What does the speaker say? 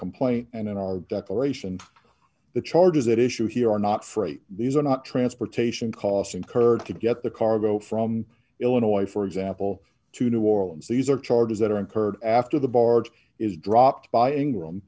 complaint and in our declaration the charges that issue here are not free these are not transportation costs incurred to get the cargo from illinois for example to new orleans these are charges that are incurred after the barge is dropped by ingro